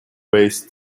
based